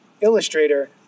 illustrator